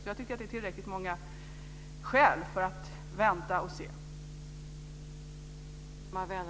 Jag tycker att det är tillräckligt många skäl för att vänta och se.